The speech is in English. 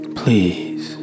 please